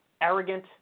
arrogant